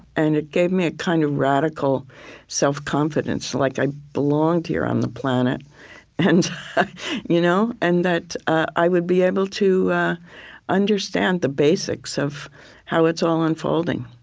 and it gave me a kind of radical self-confidence, like i belonged here on the planet and you know and that i would be able to understand the basics of how it's all unfolding.